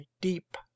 deep